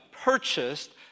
purchased